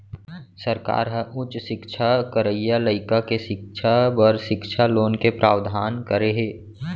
सरकार ह उच्च सिक्छा करइया लइका के सिक्छा बर सिक्छा लोन के प्रावधान करे हे